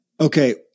Okay